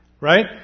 right